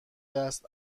دست